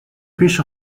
پیش